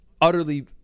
utterly